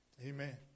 Amen